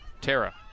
Tara